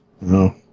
No